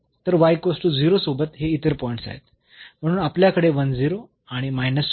तर सोबत हे इतर पॉईंट्स आहेत म्हणून आपल्याकडे आणि आहे